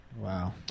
Wow